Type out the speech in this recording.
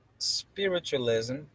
Spiritualism